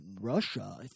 Russia